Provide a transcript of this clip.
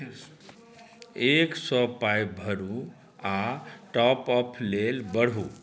एक सए पाइ भरू आ टॉपअप लेल बढ़ू